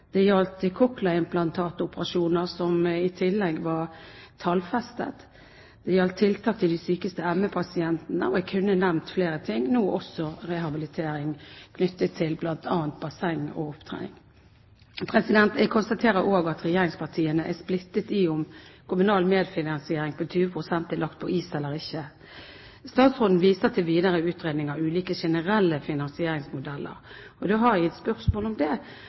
det gjaldt cochleaimplantatoperasjoner, som i tillegg var tallfestet, og det gjaldt tiltak for de sykeste ME-pasientene. Jeg kunne nevnt flere ting, nå også rehabilitering knyttet til bl.a. basseng og opptrening. Jeg konstaterer også at regjeringspartiene er splittet når det gjelder om kommunal medfinansiering på 20 pst. er lagt på is eller ikke. Statsråden viste til videre utredninger av ulike generelle finansieringsmodeller. Da har jeg et spørsmål om det: